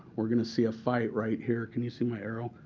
we're going to see a fight right here. can you see my arrow?